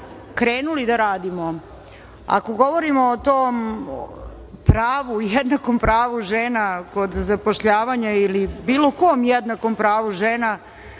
krenuli da radimo. Ako govorimo o tom pravu, jednakom pravu žena kod zapošljavanja, ili bilo kom jednakom pravu žena,